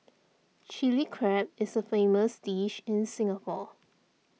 Chilli Crab is a famous dish in Singapore